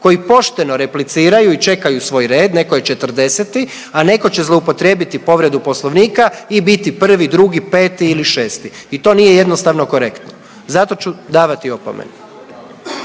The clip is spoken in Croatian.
koji pošteno repliciraju i čekaju svoj red, netko je 40., a netko će zloupotrijebiti povredu Poslovnika i biti 1., 2., 5. ili 6. i to nije jednostavno korektno. Zato ću davati opomene.